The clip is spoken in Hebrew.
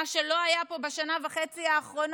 מה שלא היה פה בשנה וחצי האחרונות,